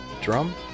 drum